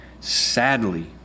Sadly